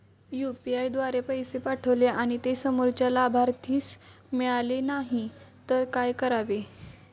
UPI द्वारे पैसे पाठवले आणि ते समोरच्या लाभार्थीस मिळाले नाही तर काय करावे?